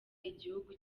igihugu